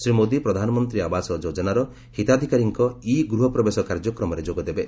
ଶ୍ରୀ ମୋଦି ପ୍ରଧାନମନ୍ତ୍ରୀ ଆବାସ ଯୋଚ୍ଚନାର ହିତାଧିକାରୀଙ୍କ ଇ ଗୃହପ୍ରବେଶ କାର୍ଯ୍ୟକ୍ରମରେ ଯୋଗଦେବେ